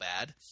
bad